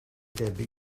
debyg